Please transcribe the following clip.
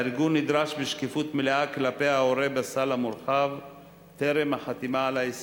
הארגון נדרש בשקיפות מלאה כלפי ההורה בסל המורחב טרם החתימה על ההסכם.